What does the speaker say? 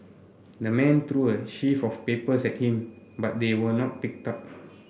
the man threw a sheaf of papers at him but they were not picked up